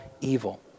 evil